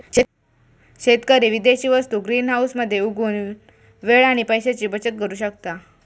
शेतकरी विदेशी वस्तु ग्रीनहाऊस मध्ये उगवुन वेळ आणि पैशाची बचत करु शकता